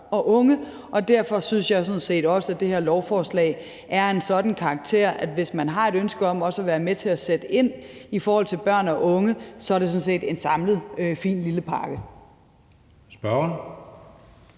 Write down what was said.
og unge. Derfor synes jeg også, at det her lovforslag er af en sådan karakter, at hvis man har et ønske om også at være med til at sætte ind i forhold til børn og unge, så er det sådan set samlet en fin lille pakke. Kl.